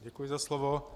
Děkuji za slovo.